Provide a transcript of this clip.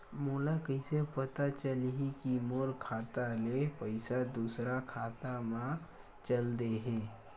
मोला कइसे पता चलही कि मोर खाता ले पईसा दूसरा खाता मा चल देहे?